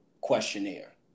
questionnaire